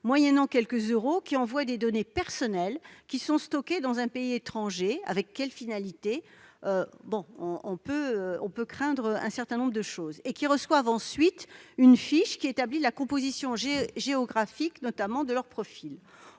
moyennant quelques euros, qui envoient des données personnelles, qui sont stockées dans un pays étranger- avec quelle finalité ? On peut avoir bien des craintes -et qui reçoivent ensuite une fiche qui établit la composition, notamment géographique, de leur profil.